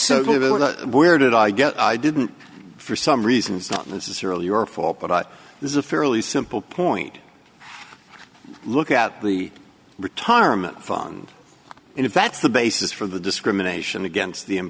so where did i get i didn't for some reasons not necessarily your fault but this is a fairly simple point look at the retirement fund and if that's the basis for the discrimination against the